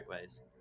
ways